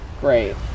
Great